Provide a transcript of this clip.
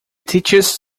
teaches